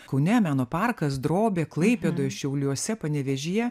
kaune meno parkas drobė klaipėdoj šiauliuose panevėžyje